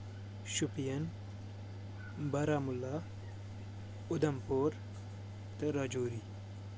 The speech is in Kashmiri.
شُپین بارہمولہ اُدھمپوٗر تہٕ رجوری